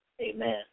amen